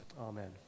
Amen